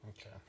Okay